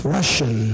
Russian